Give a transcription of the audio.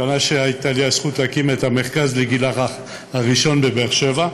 השנה שבה הייתה לי הזכות להקים את המרכז לגיל הרך הראשון בבאר שבע,